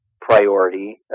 priority